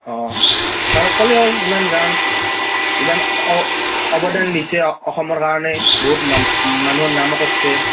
অ' ছাৰক ক'লে হ'ল ইমান গান ইমান অ অৱদান দিছে অসমৰ কাৰণে বহুত মা মানুহৰ নাম কৰিছে